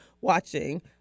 watching